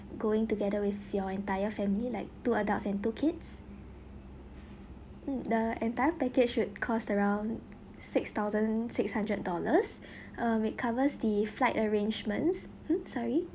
going together with your entire family like two adults and two kids mm the entire package should cost around six thousand six hundred dollars uh it covers the flight arrangements mm sorry